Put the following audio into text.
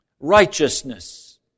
Righteousness